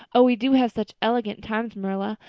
oh, we do have such elegant times, marilla.